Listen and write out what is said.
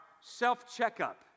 self-checkup